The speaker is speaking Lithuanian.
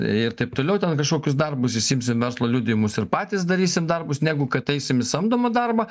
ir taip toliau ten kažkokius darbus išsiimsim verslo liudijimus ir patys darysim darbus negu kad eisim į samdomą darbą